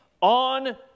on